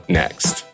next